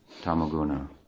tamaguna